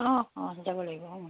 অঁ অঁ যাব লাগিব অঁ